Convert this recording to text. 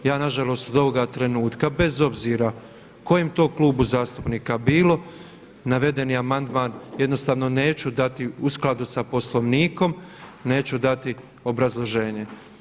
Ja na žalost od ovoga trenutka bez obzira kojem to klubu zastupnika bilo navedeni amandman jednostavno neću dati u skladu sa Poslovnikom, neću dati obrazloženje.